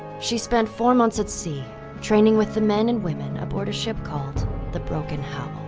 she spent four months at sea training with the men and women aboard a ship called the broken howl.